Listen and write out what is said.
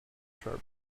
sharp